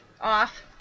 off